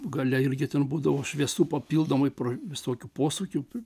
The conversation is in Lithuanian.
gale irgi ten būdavo šviesų papildomai visokių posūkių